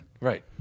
Right